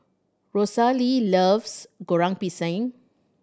Rosalee loves Goreng Pisang